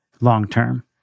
long-term